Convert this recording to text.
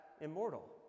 immortal